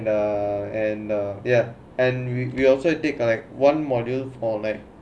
the and uh ya and we we also take like one module for like